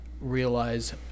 realize